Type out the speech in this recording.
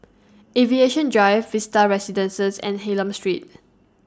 Aviation Drive Vista Residences and Hylam Street